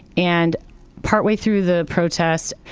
and part way through the protest,